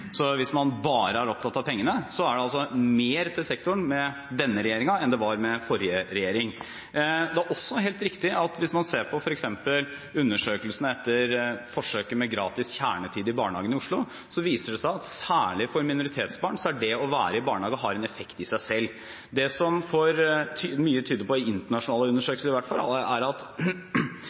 Hvis man bare er opptatt av pengene, er det altså mer til sektoren med denne regjeringen enn det var med forrige regjering. Det er også helt riktig at hvis man f.eks. ser på undersøkelsene etter forsøket med gratis kjernetid i barnehagene i Oslo, viser det seg at særlig for minoritetsbarn har det å være i barnehage en effekt i seg selv. Barnehage i seg selv kan være viktig for noen barn, men mye tyder på – i internasjonale undersøkelser i hvert fall – at